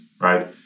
right